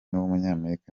w’umunyamerika